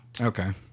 Okay